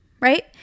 right